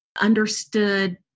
understood